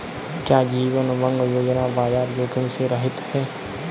क्या जीवन उमंग योजना बाजार जोखिम से रहित है?